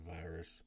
virus